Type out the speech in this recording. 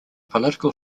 political